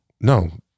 No